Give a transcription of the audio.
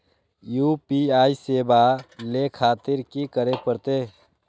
UPI सेवा ले खातिर की करे परते?